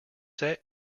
set